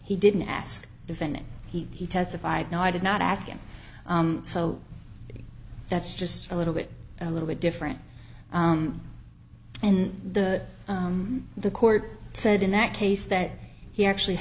he didn't ask defendant he testified no i did not ask him so that's just a little bit a little bit different and the the court said in that case that he actually